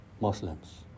Muslims